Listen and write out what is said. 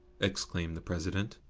exclaimed the president.